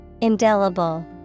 Indelible